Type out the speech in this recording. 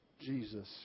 Jesus